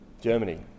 germany